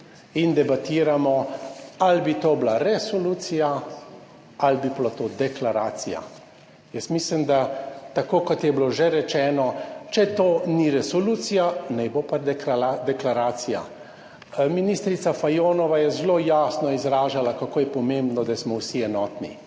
in debatiramo ali bi to bila resolucija ali bi bila to deklaracija. Jaz mislim, da tako kot je bilo že rečeno, če to ni resolucija, naj bo pa deklaracija. Ministrica Fajonova je zelo jasno izražala, kako je pomembno, da smo vsi enotni.